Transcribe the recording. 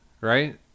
right